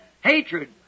hatred